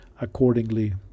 accordingly